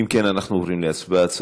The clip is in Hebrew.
אם כן, אנחנו עוברים להצבעה על הנושא.